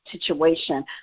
situation